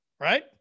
right